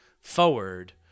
forward